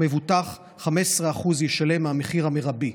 המבוטח 15% ישלם מהמחיר המרבי.